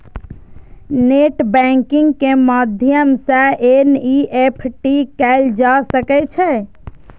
net banking के माध्यम सं एन.ई.एफ.टी कैल जा सकै छै